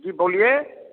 जी बोलिए